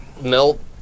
melt